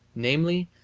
namely,